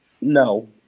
No